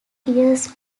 years